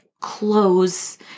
clothes